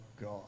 God